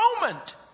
moment